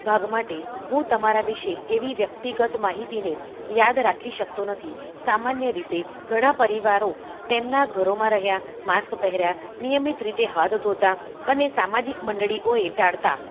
ભાગ માટે હું તમારા વિશે એવી વ્યક્તિગત માહિતીને યાદ રાખી શકતો નથી સામાન્ય રીતે ઘણા પરિવારો તેમના ઘરોમાં રહ્યા માસ્ક પહેર્યા નિયમિત રીતે હાથ ધોતા મને સામાજિક મંડળીઓએ ટાળતા